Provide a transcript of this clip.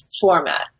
format